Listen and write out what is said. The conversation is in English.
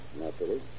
naturally